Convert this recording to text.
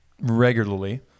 regularly